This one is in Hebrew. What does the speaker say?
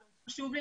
מה המצוקות ואם